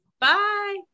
Bye